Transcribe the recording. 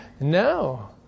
No